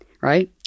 Right